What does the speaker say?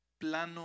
plano